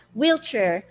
wheelchair